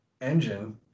engine